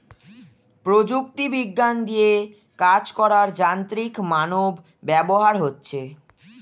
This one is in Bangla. প্রযুক্তি বিজ্ঞান দিয়ে কাজ করার যান্ত্রিক মানব ব্যবহার হচ্ছে